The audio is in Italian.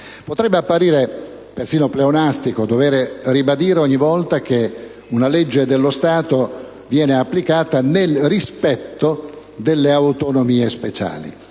Potrebbe apparire persino pleonastico dover ribadire ogni volta che una legge dello Stato viene applicata nel rispetto delle autonomie speciali.